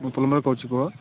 ମୁଁ ପ୍ରମେୟ କହୁଛି କୁହ